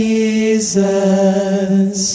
Jesus